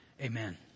Amen